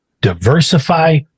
diversify